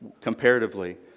comparatively